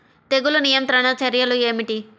తెగులు నియంత్రణ చర్యలు ఏమిటి?